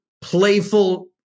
playful